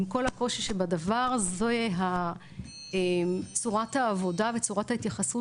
עם כל הקושי שבדבר זו צורת העבודה וצורת ההתייחסות